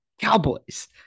Cowboys